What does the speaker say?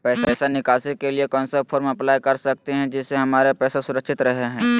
पैसा निकासी के लिए कौन सा फॉर्म अप्लाई कर सकते हैं जिससे हमारे पैसा सुरक्षित रहे हैं?